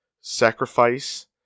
sacrifice